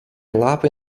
lapai